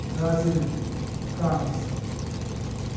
Brazil France